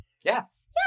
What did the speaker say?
Yes